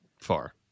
far